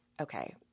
okay